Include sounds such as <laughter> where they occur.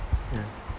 <noise>